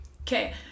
Okay